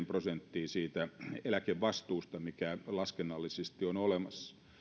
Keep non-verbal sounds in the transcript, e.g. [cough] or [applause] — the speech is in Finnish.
[unintelligible] prosenttia siitä eläkevastuusta mikä laskennallisesti on olemassa